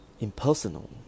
Impersonal